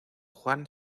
juan